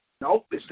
Nope